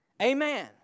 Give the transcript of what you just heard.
Amen